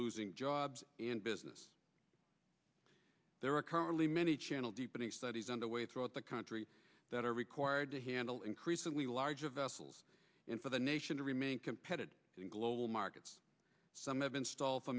losing jobs in business there are currently many channel deepening studies underway throughout the country that are required to handle increasingly large of vessels and for the nation to remain competitive in global markets some have been stalled for